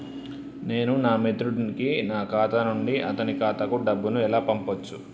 నేను నా మిత్రుడి కి నా ఖాతా నుండి అతని ఖాతా కు డబ్బు ను ఎలా పంపచ్చు?